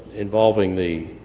involving the